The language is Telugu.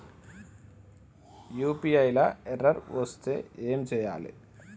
యూ.పీ.ఐ లా ఎర్రర్ వస్తే ఏం చేయాలి?